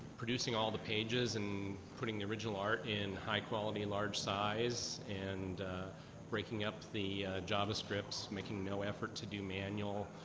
producing all the pages and putting the original art in high quality large size and breaking up the javascripts, making no effort to do manual